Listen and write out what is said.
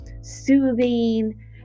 soothing